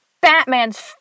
Batman's